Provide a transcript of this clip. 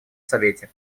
совете